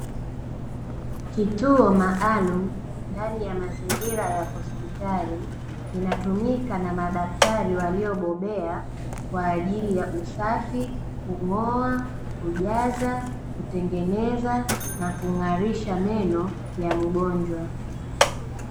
Kituo maalumu ndani ya mazingira ya hospitali kinatumika na madaktari waliobobea kwa ajili ya usafi, kungo'a, kujaza, kutengeneza na kungarisha meno ya mgonjwa.